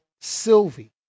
Sylvie